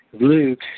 Luke